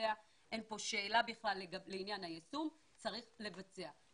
אין פה שאלה בכלל לגבי היישום, וצריך לבצע.